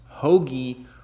Hoagie